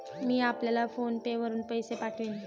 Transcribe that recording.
मी आपल्याला PhonePe वरुन पैसे पाठवीन